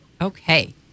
Okay